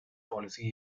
policy